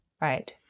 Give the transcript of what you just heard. right